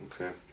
Okay